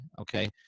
okay